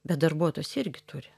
bet darbuotojas irgi turi